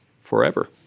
forever